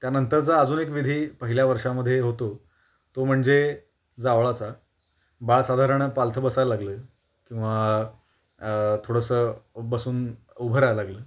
त्यानंतरचा अजून एक विधी पहिल्या वर्षामध्ये होतो तो म्हणजे जावळाचा बाळ साधारण पालथं बसायला लागलं किंवा थोडंसं बसून उभं राहायला लागलं